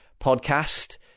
podcast